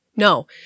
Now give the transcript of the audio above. No